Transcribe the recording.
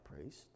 priest